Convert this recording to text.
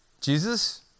Jesus